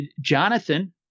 Jonathan